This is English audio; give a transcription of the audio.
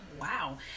Wow